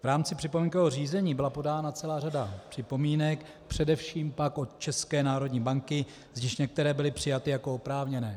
V rámci připomínkového řízení byla podána celá řada připomínek, především však od České národní banky, z nichž některé byly přijaty jako oprávněné.